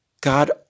God